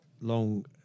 long